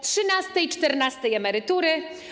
Trzynastej, czternastej emerytury?